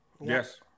Yes